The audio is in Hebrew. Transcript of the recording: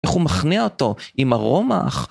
איך הוא מכניע אותו? עם הרומח?